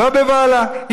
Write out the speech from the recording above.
לא וואלה,